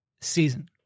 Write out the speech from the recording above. season